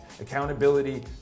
Accountability